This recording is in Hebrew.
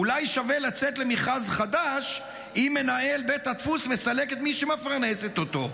אולי שווה לצאת למכרז חדש אם מנהל בית הדפוס מסלק את מי שמפרנסת אותו,